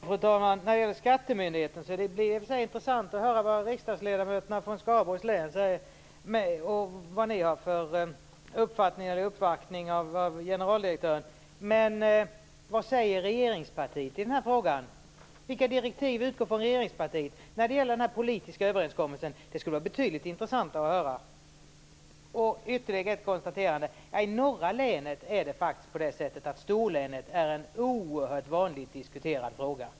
Fru talman! När det gäller skattemyndigheten är det i och för sig intressant att höra vad riksdagsledamöterna från Skaraborgs län säger och vad de har för uppfattning om uppvaktning av generaldirektören. Men vad säger regeringspartiet i denna fråga? Vilka direktiv utgår från regeringspartiet när det gäller den politiska överenskommelsen? Det skulle vara betydligt intressantare att höra. Jag har ytterligare ett konstaterande. I norra länet är frågan om storlänet faktiskt oerhört diskuterad.